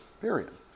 period